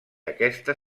aquesta